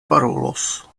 parolos